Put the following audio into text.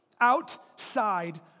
Outside